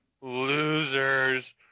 Losers